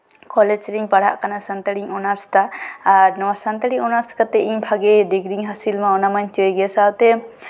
ᱠᱚᱞᱮᱡᱨᱤᱧ ᱯᱟᱲᱦᱟᱜ ᱠᱟᱱᱟ ᱥᱟᱱᱛᱟᱲᱤᱧ ᱚᱱᱟᱨᱥ ᱮᱫᱟ ᱟᱨ ᱱᱚᱶᱟ ᱥᱟᱱᱛᱟᱲᱤ ᱚᱱᱟᱨᱥ ᱠᱟᱛᱮᱫ ᱤᱧ ᱵᱷᱟᱜᱮ ᱰᱤᱜᱽᱨᱤᱧ ᱦᱟᱹᱥᱤᱞᱢᱟ ᱚᱱᱟ ᱢᱟᱧ ᱪᱟᱹᱭ ᱜᱮ ᱥᱟᱶᱛᱮ